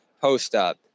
post-up